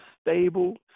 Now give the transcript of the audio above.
stable